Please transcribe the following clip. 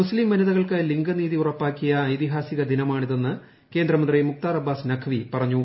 മുസ്തീം വനിതകൾക്ക് ലിംഗനീതി ഉറപ്പാക്കിയ ഐതിഹാസിക ദിനമാണിതെന്ന് കേന്ദ്രമന്ത്രി മുഖ്താർ അബ്ബാസ് നഖ്വി പറഞ്ഞു